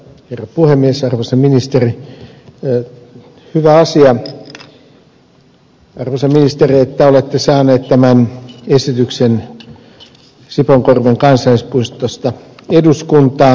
on hyvä asia arvoisa ministeri että olette saanut tämän esityksen sipoonkorven kansallispuistosta eduskuntaan